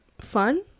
fun